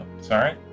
Sorry